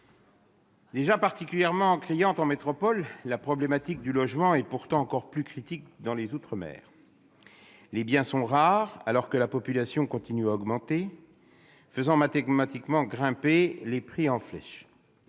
Particulièrement criante en métropole, la question du logement est encore plus critique dans nos outre-mer. Les biens sont peu nombreux, alors que la population continue à augmenter, faisant mathématiquement grimper les prix en flèche.